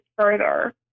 further